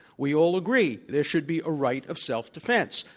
we all agree. there should be a right of self-defense.